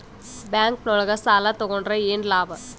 Bank ನೊಳಗ ಸಾಲ ತಗೊಂಡ್ರ ಏನು ಲಾಭ?